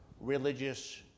religious